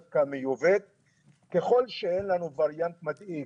הנתונים שלנו מראשים שה-B5 הוא כ-50% מהתחלואה